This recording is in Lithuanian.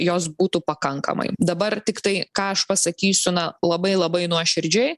jos būtų pakankamai dabar tiktai ką aš pasakysiu na labai labai nuoširdžiai